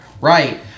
right